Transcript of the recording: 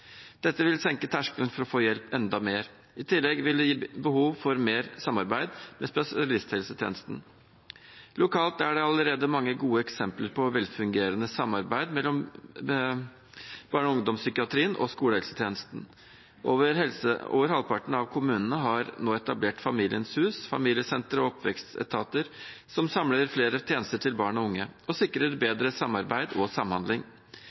Dette vil senke terskelen for å få hjelp enda mer. I tillegg vil det gi behov for mer samarbeid med spesialisthelsetjenesten. Lokalt er det allerede mange gode eksempler på velfungerende samarbeid mellom barne- og ungdomspsykiatrien og skolehelsetjenesten. Over halvparten av kommunene har nå etablert Familiens hus, familiesentre og oppvekstetater, som samler flere tjenester til barn og unge, og sikrer bedre samarbeid og samhandling.